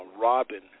Robin